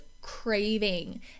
craving